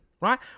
right